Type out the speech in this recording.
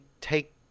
take